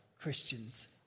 Christian's